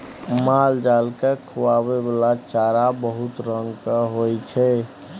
मालजाल केँ खुआबइ बला चारा बहुत रंग केर होइ छै